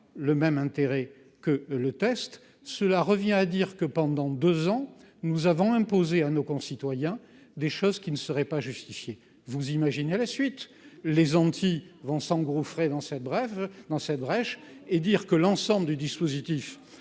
le même intérêt que le test, cela revient à dire que pendant 2 ans nous avons imposé à nos concitoyens, des choses qui ne serait pas justifié, vous imaginez la suite, les anti-vont sans gros frais dans cette brève dans cette brèche et dire que l'ensemble du dispositif